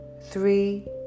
three